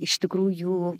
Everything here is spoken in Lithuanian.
iš tikrųjų